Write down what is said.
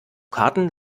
karten